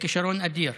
כישרון אדיר.